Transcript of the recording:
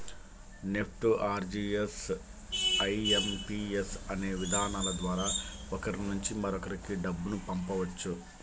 NEFT, RTGS, IMPS అనే విధానాల ద్వారా ఒకరి నుంచి మరొకరికి డబ్బును పంపవచ్చు